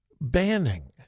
banning